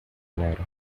enero